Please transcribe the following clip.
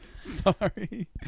sorry